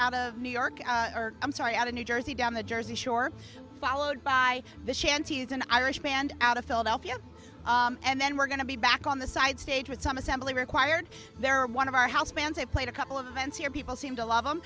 out of new york i'm sorry out in new jersey down the jersey shore followed by the shanties an irish band out of philadelphia and then we're going to be back on the side stage with some assembly required there one of our house bands i've played a couple of events here people seem to love them